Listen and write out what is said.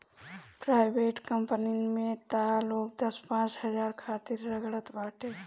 private कंपनीन में तअ लोग दस पांच हजार खातिर रगड़त बाटे